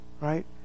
Right